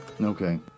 Okay